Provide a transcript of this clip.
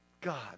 God